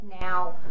now